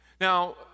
Now